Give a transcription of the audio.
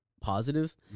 positive